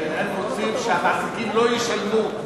שהם רוצים שהמעסיקים לא ישלמו,